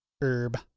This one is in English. herb